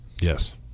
Yes